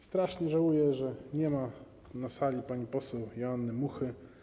Strasznie żałuję, że nie ma na sali pani poseł Joanny Muchy.